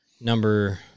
Number